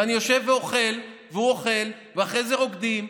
ואני יושב ואוכל והוא אוכל, ואחרי זה רוקדים,